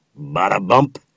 Bada-bump